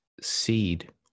seed